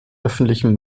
öffentlichen